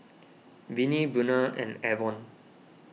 Vinie Buena and Avon